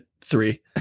three